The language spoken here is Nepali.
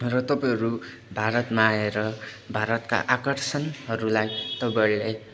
र तपाईँहरू भारतमा आएर भारतका आकर्षणहरूलाई तपाईँलाई